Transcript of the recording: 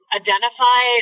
identify